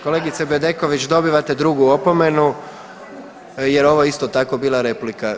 Kolegice Bedeković, dobivate drugu opomenu jer ovo je isto tako bila replika.